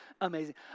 amazing